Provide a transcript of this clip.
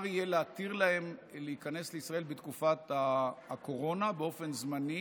יהיה להתיר להם להיכנס לישראל בתקופת הקורונה באופן זמני,